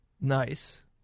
Nice